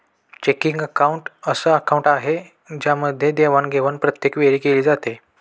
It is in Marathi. चेकिंग अकाउंट अस अकाउंट आहे ज्यामध्ये देवाणघेवाण प्रत्येक वेळी केली जाते